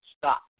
stop